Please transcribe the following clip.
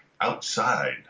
Outside